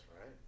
right